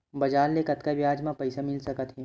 बजार ले कतका ब्याज म पईसा मिल सकत हे?